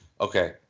okay